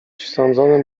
sądzonym